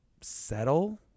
settle